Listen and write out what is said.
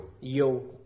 yo